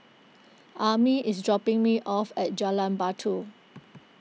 Ammie is dropping me off at Jalan Batu